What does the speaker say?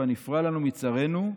והנפרע לנו מצרינו,